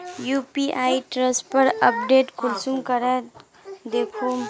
UPI transfer update कुंसम करे दखुम?